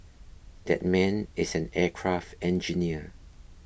that man is an aircraft engineer